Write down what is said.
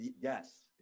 Yes